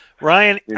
Ryan